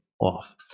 off